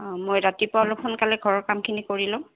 অঁ মই ৰাতিপুৱা অলপ সোনকালে ঘৰৰ কামখিনি কৰি ল'ম